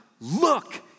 look